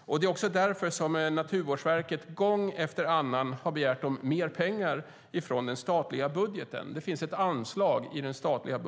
Det är anledningen till att Naturvårdsverket gång på gång begärt mer pengar från den statliga budgeten där det finns ett anslag för sanering.